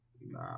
Nah